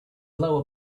blow